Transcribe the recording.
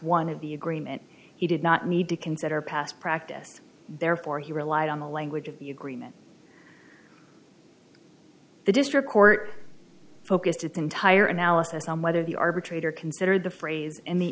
one of the agreement he did not need to consider past practice therefore he relied on the language of the agreement the district court focused its entire analysis on whether the arbitrator considered the phrase in the